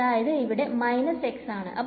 അതായത് ഇത് x ആണ്